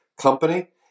company